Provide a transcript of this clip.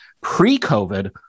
pre-COVID